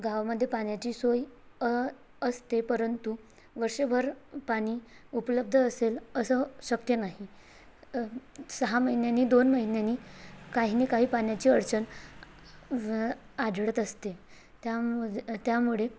गावामध्ये पाण्याची सोय असते परंतु वर्षभर पाणी उपलब्ध असेल असं शक्य नाही सहा महिन्यानी दोन महिन्यानी काही नाही काही पाण्याची अडचण आढळत असते त्यामु त्यामुळे